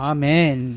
Amen